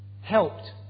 helped